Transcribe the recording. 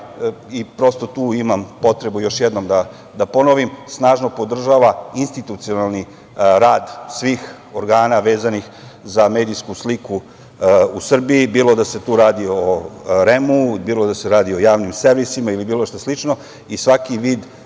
i prosto tu ima potrebu još jednom da ponovim, snažno podržava institucionalni rad svih organa vezanih za medijsku sliku u Srbiji, bilo da se tu radi o REM-u, bilo da se radi o javnim servisima, ili bilo šta slično, svaki vid